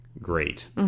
great